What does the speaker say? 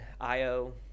Io